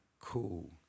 cool